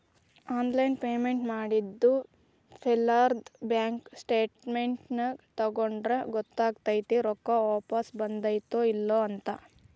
online payments ಮಾಡಿದ್ದು ಫೇಲಾದ್ರ bank statements ತಕ್ಕೊಂಡ್ರ ಗೊತ್ತಕೈತಿ ರೊಕ್ಕಾ ವಾಪಸ್ ಬಂದೈತ್ತೋ ಇಲ್ಲೋ ಅಂತ